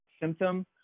symptom